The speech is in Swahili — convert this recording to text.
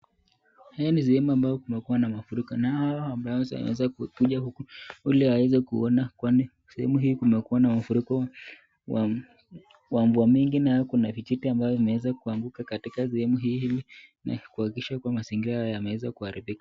Hii ni sehemu ambayo kumekua na mafuriko na hawa watu wameweza kuja huku ili waweze kuona kwani sehemu hii kumekua na mafuriko wa mvua mingi. Nayo kuna vijiti ambao vimeweza kuanguka katika sehemu hii na kuweza kuhakikisha mazingira yameweza kuharibika.